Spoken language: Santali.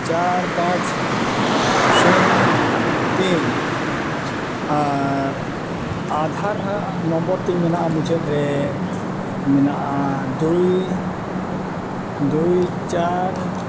ᱪᱟᱨ ᱯᱟᱸᱪ ᱥᱩᱱ ᱛᱤᱱ ᱟᱨ ᱟᱫᱷᱟᱨ ᱱᱚᱢᱵᱚᱨ ᱛᱤᱧ ᱢᱮᱱᱟᱜᱼᱟ ᱢᱩᱪᱟᱹᱫ ᱨᱮ ᱢᱮᱱᱟᱜᱼᱟ ᱫᱩᱭ ᱫᱩᱭ ᱪᱟᱨ